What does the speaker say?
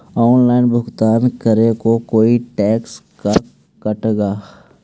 Online भुगतान करे को कोई टैक्स का कटेगा?